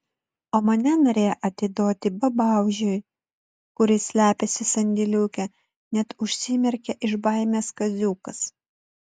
o mane norėjo atiduoti babaužiui kuris slepiasi sandėliuke net užsimerkė iš baimės kaziukas